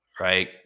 Right